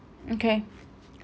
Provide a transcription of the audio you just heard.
okay